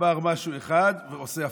אמר משהו אחד ועושה הפוך,